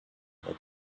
bob